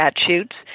statutes